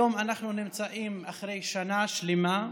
היום אנחנו אחרי שנה שלמה.